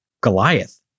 Goliath